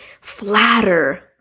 flatter